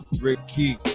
Ricky